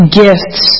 gifts